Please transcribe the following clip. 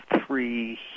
three